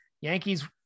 Yankees